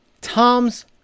Tom's